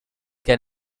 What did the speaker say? can